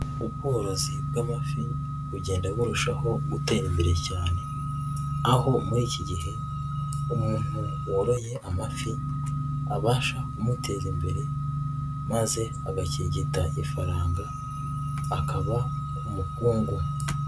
Ubworozi bw'amafi bugenda burushaho gutera imbere cyane, aho muri iki gihe umuntu woroye amafi abasha kumuteza imbere maze agakirigita ifaranga akaba umukungu.